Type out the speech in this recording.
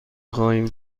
خواهیم